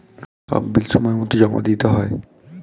সব বিল সময়মতো জমা দিতে হয়